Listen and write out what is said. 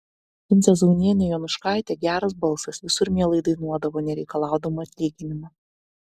vincė zaunienė jonuškaitė geras balsas visur mielai dainuodavo nereikalaudama atlyginimo